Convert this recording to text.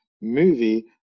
movie